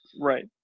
Right